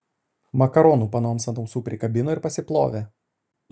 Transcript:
makaronų panoms ant ausų prikabino ir pasiplovė